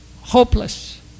hopeless